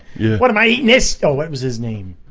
yeah what am i eating this? what was his name?